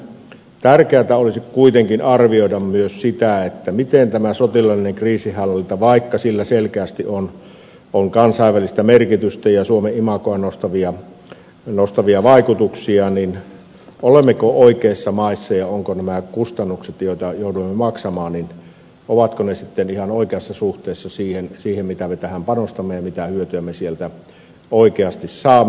tärkeätä olisi kuitenkin arvioida myös sitä vaikka tällä sotilaallisella kriisinhallinnalla selkeästi on kansainvälistä merkitystä ja suomen imagoa nostavia vaikutuksia olemmeko oikeissa maissa ja ovatko nämä kustannukset joita joudumme maksamaan sitten ihan oikeassa suhteessa siihen mitä me tähän panostamme ja mitä hyötyä me sieltä oikeasti saamme